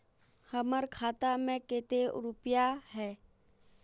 हमर खाता में केते रुपया है?